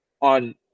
on